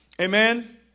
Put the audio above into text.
Amen